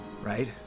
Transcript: Right